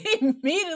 immediately